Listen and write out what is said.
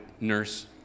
nurse